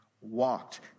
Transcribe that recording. walked